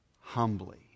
humbly